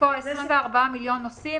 ב-24 מיליון נוסעים,